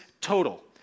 total